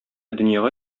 дөньяга